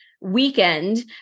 weekend